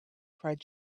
cried